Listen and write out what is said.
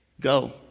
go